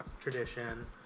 tradition